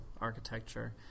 architecture